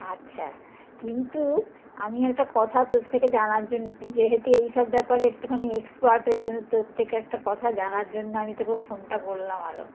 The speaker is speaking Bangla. আচ্ছা কিন্তু আমি একটা কথা তোর থেকে জানার জন্য তুই যেহেতু এইসব ব্যাপারে একটুখানি এক্সপার্ট ওই জন্য তোর থেকে একটা কথা জানার জন্য আমি তোকে ফোনটা করলাম আরো